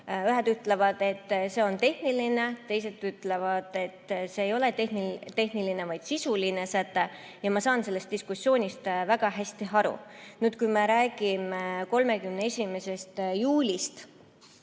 Ühed ütlevad, et see on tehniline, teised ütlevad, et see ei ole mitte tehniline, vaid sisuline säte. Ja ma saan sellest diskussioonist väga hästi aru. Kui me räägime 31. juulist